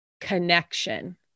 connection